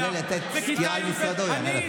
כשהוא יעלה לתת סקירה על משרדו, הוא יענה לך.